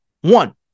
One